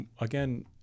again